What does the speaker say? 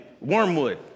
Wormwood